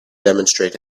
demonstrate